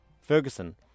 Ferguson